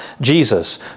Jesus